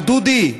אבל דודי,